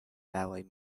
ballet